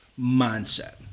mindset